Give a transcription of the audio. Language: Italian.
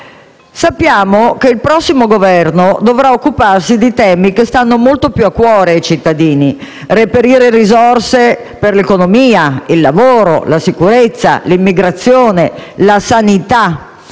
Sappiamo che il prossimo Governo dovrà occuparsi di temi che stanno molto più a cuore ai cittadini: reperire risorse per l'economia, il lavoro, la sicurezza, l'immigrazione, la sanità,